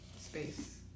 space